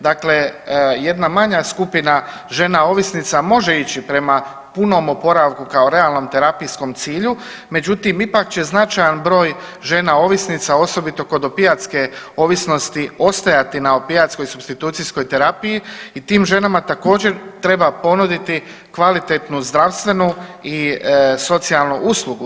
Dakle, jedna manja skupina žena ovisnica može ići prema punom oporavku kao realnom terapijskom cilju, međutim ipak će značajan broj žena ovisnica osobito kod opijatske ovisnosti ostajati na opijatskoj supstitucijskoj terapiji i tim ženama također treba ponuditi kvalitetnu zdravstvenu i socijalnu uslugu.